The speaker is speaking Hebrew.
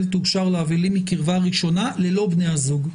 תאושר לאבלים מקרבה ראשונה ללא בני הזוג.